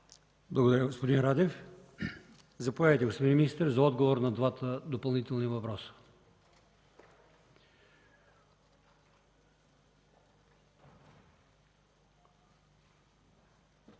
Благодаря, господин Радев. Заповядайте, господин министър, за отговор на двата допълнителни въпроса.